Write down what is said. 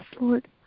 Lord